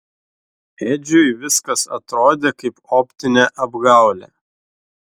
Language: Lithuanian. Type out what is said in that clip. edžiui viskas atrodė kaip optinė apgaulė